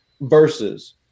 Versus